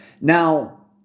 Now